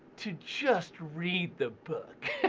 to just read the book.